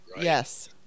Yes